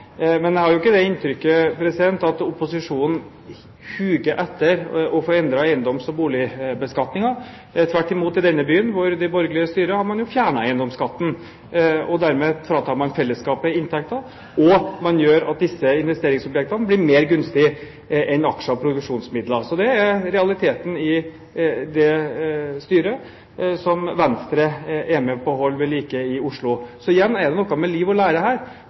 Men jeg har ikke det inntrykket at opposisjonen huger etter å få endret eiendoms- og boligbeskatningen. Tvert imot, i denne byen, hvor de borgerlige styrer, har man jo fjernet eiendomsskatten. Dermed fratar man fellesskapet inntekter, og man gjør at disse investeringsobjektene blir mer gunstige enn aksjer og produksjonsmidler. Det er realiteten med det styret som Venstre er med på å holde ved like i Oslo. Igjen er det noe med liv og lære her.